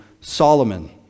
Solomon